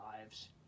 lives